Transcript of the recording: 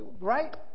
right